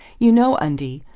you know, undie,